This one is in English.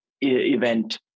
event